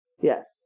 Yes